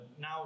now